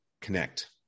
connect